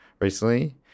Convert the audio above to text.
recently